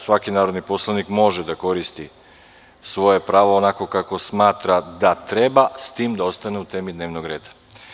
Svaki narodni poslanik može da koristi svoje pravo onako kako smatra da treba, s tim da ostane u temi dnevnog reda.